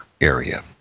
area